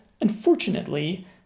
unfortunately